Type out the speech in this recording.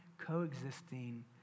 coexisting